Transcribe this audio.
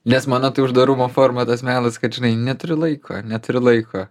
nes mano tai uždarumo forma tas melas kad žinai neturiu laiko neturiu laiko